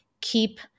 keep